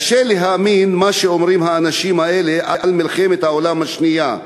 קשה להאמין מה שאומרים האנשים האלה על מלחמת העולם השנייה.